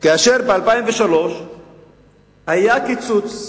כאשר ב-2003 היה קיצוץ